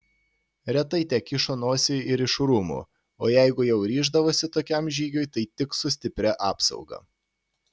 retai tekišo nosį ir iš rūmų o jeigu jau ryždavosi tokiam žygiui tai tik su stipria apsauga